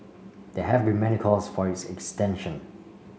there have been many calls for its extension